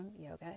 yoga